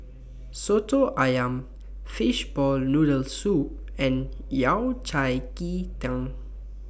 Soto Ayam Fishball Noodle Soup and Yao Cai Ji Tang